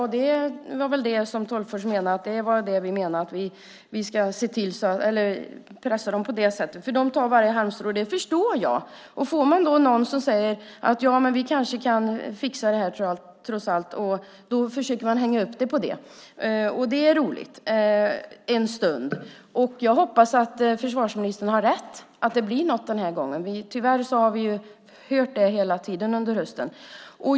Sten Tolgfors menade väl att vi ska pressa den på det sättet så den tar varje halmstrå. Det förstår jag. Får man någon som säger: Vi kanske kan fixa det här trots allt, så försöker man hänga upp det på det. Det är roligt en stund. Jag hoppas att försvarsministern har rätt och att det blir något den här gången. Tyvärr har vi hört det hela tiden under hösten.